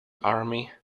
army